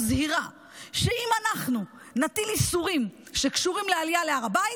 מזהירה שאם אנחנו נטיל איסורים שקשורים לעלייה להר הבית,